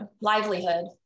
livelihood